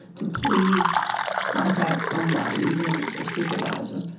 to please contact somebody, even if it is their supervisor.